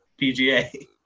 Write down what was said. PGA